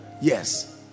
yes